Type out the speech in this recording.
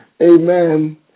amen